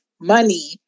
money